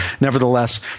Nevertheless